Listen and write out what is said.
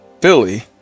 Philly